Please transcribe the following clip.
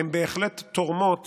הן בהחלט תורמות